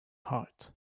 heart